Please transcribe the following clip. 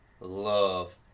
love